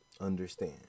understand